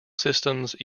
systems